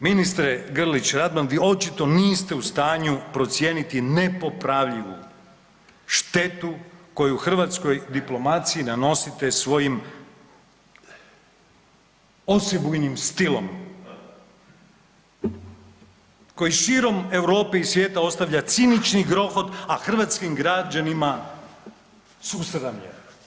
Ministre Grlić Radman, vi očito niste u stanju procijeniti nepopravljivu štetu koju hrvatskoj diplomaciji nanosite svojim osebujnim stilom koji širom Europe i svijeta ostavlja cinični grohot, a hrvatskim građanima susramlje.